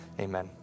Amen